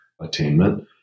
attainment